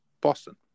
Boston